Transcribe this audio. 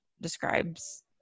describes